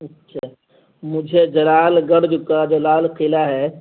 اچھا مجھے جلال گڑھ کا جو لال قلعہ ہے